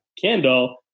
candle